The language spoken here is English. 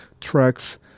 tracks